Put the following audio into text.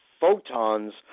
photons